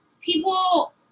people